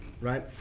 right